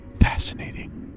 Fascinating